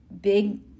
big